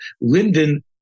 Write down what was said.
Linden